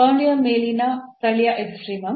ಬೌಂಡರಿಯ ಮೇಲಿನ ಸ್ಥಳೀಯ ಎಕ್ಸ್ಟ್ರೀಮಮ್